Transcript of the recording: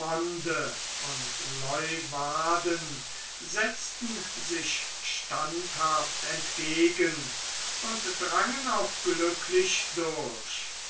und leeuwarden setzten sich standhaft entgegen und drangen auch glücklich durch